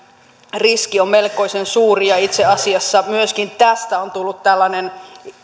riski on melkoisen suuri ja itse asiassa myöskin tästä on tullut tällainen